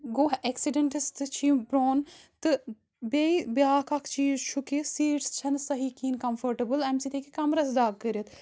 گوٚو ایٚکسِڈنٹس سۭتۍ چھِ یِم پرون تہٕ بیٚیہِ بیاکھ اکھ چیٖز چھُ کہِ سیٖٹٕس چھَنہٕ صحیح کِہیٖنۍ کَمفٲٹیبٕل اَمہِ سۭتۍ ہیٚکہِ کَمرَس دَگ کٔرِتھ